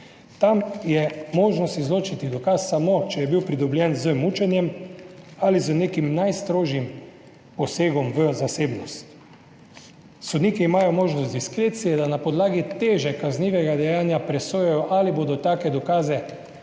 Tam je možnost izločiti dokaz samo, če je bil pridobljen z mučenjem ali z nekim najstrožjim posegom v zasebnost. Sodniki imajo možnost diskrecije, da na podlagi teže kaznivega dejanja presojajo, ali bodo take dokaze